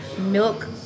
milk